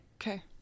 Okay